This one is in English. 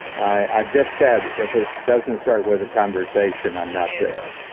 i've just said, if it doesn't start with a conversation, i'm not there.